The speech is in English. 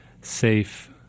safe